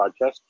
Podcast